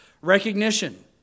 Recognition